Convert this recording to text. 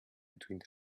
between